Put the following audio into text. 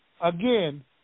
again